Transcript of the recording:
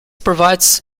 provides